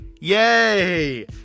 Yay